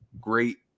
great